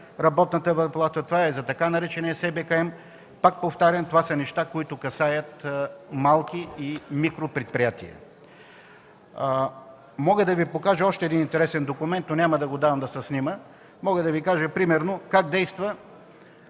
работната заплата и за така наречените СБКМ. Пак повтарям – това са неща, които касаят малки и микропредприятия. Мога да Ви покажа още един интересен документ, но няма да давам да се снима. Мога да Ви кажа, примерно, как действа